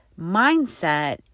mindset